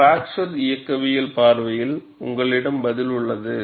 fracture இயக்கவியல் பார்வையில் உங்களிடம் பதில் உள்ளது